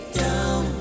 down